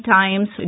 times